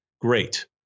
Great